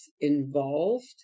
involved